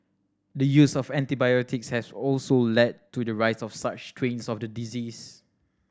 the use of antibiotics has also led to the rise of such strains of the disease